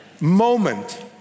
moment